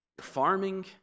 farming